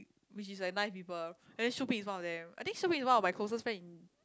which is like nine people and then Shu-Ping is one of them I think Shu-Ping is one of my closest friend in